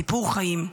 סיפור חיים,